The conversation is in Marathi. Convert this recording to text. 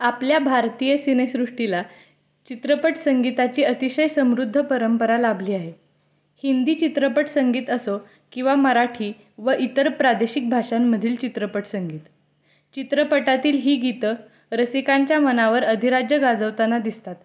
आपल्या भारतीय सिनेसृष्टीला चित्रपट संगीताची अतिशय समृद्ध परंपरा लाभली आहे हिंदी चित्रपट संगीत असो किंवा मराठी व इतर प्रादेशिक भाषांमधील चित्रपट संगीत चित्रपटातील ही गीतं रसिकांच्या मनावर अधिराज्य गाजवताना दिसतात